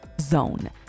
.zone